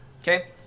okay